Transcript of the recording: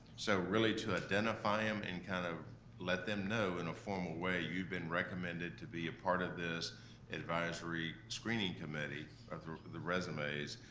so really, to identify em and kind of let them know in a formal way you'd been recommended to be a part of this advisory screening committee um sort of the resumes,